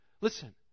listen